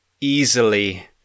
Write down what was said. easily